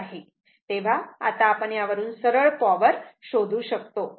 तेव्हा आता आपण यावरून सरळ पॉवर शोधू शकतो